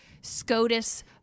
Scotus